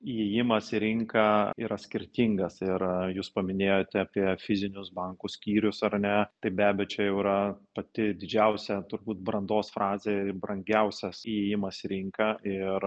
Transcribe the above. įėjimas į rinką yra skirtingas ir jūs paminėjote apie fizinius bankų skyrius ar ne taip be abejo čia jau yra pati didžiausia turbūt brandos frazė brangiausias įėjimas į rinką ir